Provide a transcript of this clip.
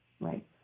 Right